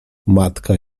matka